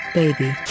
baby